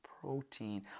protein